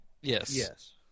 Yes